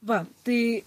va tai